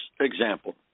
example